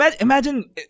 imagine